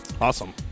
Awesome